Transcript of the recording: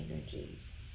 energies